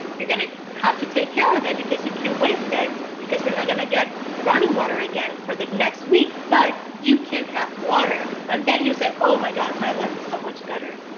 you're going to have to take care of it because you can wasted because you're not going to get running water again for the next week. but you can have water and then you say, oh, my god, my life is so much better.